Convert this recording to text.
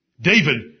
David